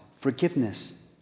forgiveness